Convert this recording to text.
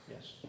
Yes